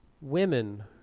Women